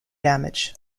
damage